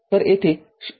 तरयेथे ०